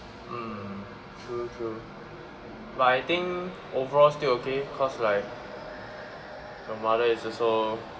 um true true but I think overall still okay cause like her mother is also